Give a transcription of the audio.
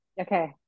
Okay